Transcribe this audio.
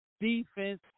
defense